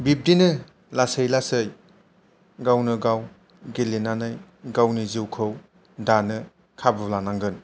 बिदिनो लासै लासै गावनो गाव गेलेनानै गावनि जिउखौ दानो खाबु लानांगोन